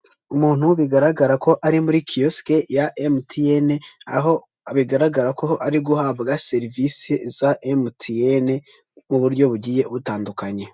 Umuntu bigaragara ko ari muri kiyosikr ya emutiyene aho bigaragara ko ari guhabwa serivisi za emutiyene mu buryo bugiye butandukanye.